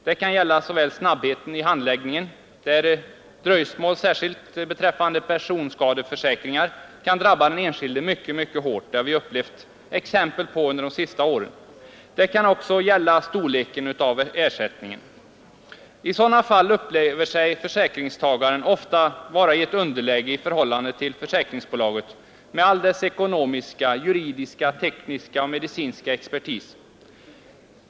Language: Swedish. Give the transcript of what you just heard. Det kan gälla snabbheten i handläggningen, där dröjsmål särskilt beträffande personskador kan drabba den enskilde mycket hårt. Det har vi sett exempel på under de senaste åren. Det kan också gälla ersättningens storlek. I sådana fall upplever sig försäkringstagaren ofta vara i ett underläge i förhållande till försäkringsbolaget med all dess ekonomiska, juridiska, tekniska och medicinska expertis.